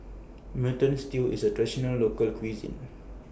Mutton Stew IS A Traditional Local Cuisine